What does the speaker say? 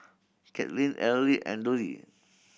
Katlyn Erle and Dollie